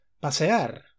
pasear